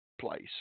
place